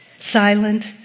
silent